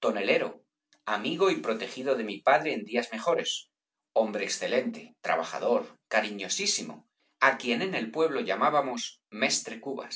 tonelero amigo y protegido de mi padre en días mejores hombre excelente trabajador cariñosísimo á quien en el pueblo llamábamos mestre cubas